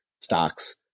stocks